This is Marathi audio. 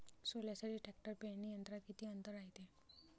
सोल्यासाठी ट्रॅक्टर पेरणी यंत्रात किती अंतर रायते?